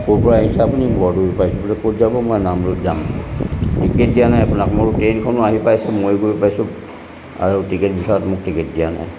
ক'ৰ পৰা আহিছে আপুনি বৰডুবিৰ পৰা পাইছোঁ বোলে ক'ত যাব মই নামৰূপ যাম টিকেট দিয়া নাই আপোনাক মই বোলো ট্ৰেইনখনো আহি পাইছে মইয়ো গৈ পাইছোঁ আৰু টিকেট বিচৰাত মোক টিকেট দিয়া নাই